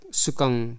sukang